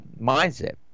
mindset